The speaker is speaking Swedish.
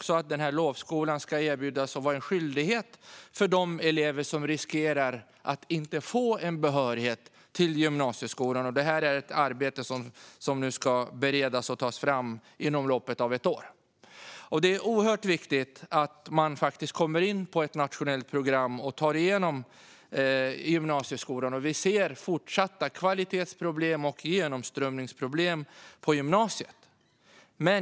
Lovskolan ska erbjudas och vara en skyldighet för de elever som riskerar att inte bli behöriga för gymnasieskolan. Det är ett arbete som ska beredas och tas fram inom loppet av ett år. Det är viktigt att man kommer in på ett nationellt program och tar sig igenom gymnasieskolan. Vi ser fortsatta kvalitetsproblem och genomströmningsproblem på gymnasiet.